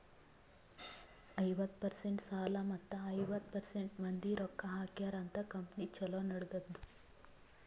ಐವತ್ತ ಪರ್ಸೆಂಟ್ ಸಾಲ ಮತ್ತ ಐವತ್ತ ಪರ್ಸೆಂಟ್ ಮಂದಿ ರೊಕ್ಕಾ ಹಾಕ್ಯಾರ ಅಂತ್ ಕಂಪನಿ ಛಲೋ ನಡದ್ದುದ್